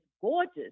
gorgeous